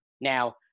Now